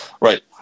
right